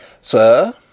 Sir